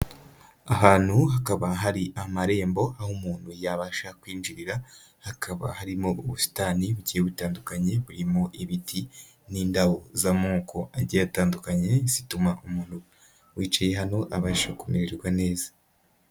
Ahantu hakaba hari amarembo, aho umuntu yabasha kwinjirira, hakaba harimo ubusitani bugiye butandukanye, burimo ibiti n'indabo z'amoko agiye atandukanye zituma umuntu wicaye hano abasha kumererwa neza.